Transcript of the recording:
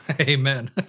Amen